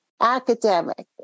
academic